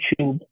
youtube